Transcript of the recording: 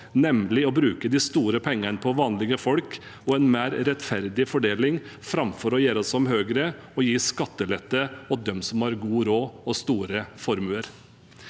nemlig å bruke de store pengene på vanlige folk og en mer rettferdig fordeling, framfor å gjøre som Høyre: å gi skattelette til dem som har god råd og store formuer.